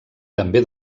també